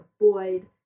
avoid